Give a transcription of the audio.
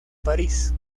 parís